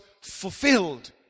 fulfilled